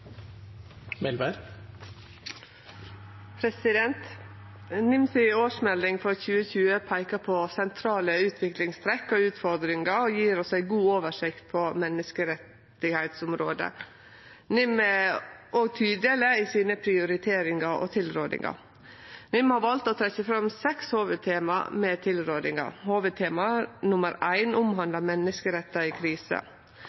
NIM si årsmelding for 2020 peikar på sentrale utviklingstrekk og utfordringar og gjev oss ei god oversikt på menneskerettsområdet. NIM er òg tydeleg i sine prioriteringar og tilrådingar. NIM har valt å trekkje fram seks hovudtema med tilrådingar. Hovudtema